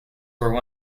were